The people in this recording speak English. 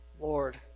Lord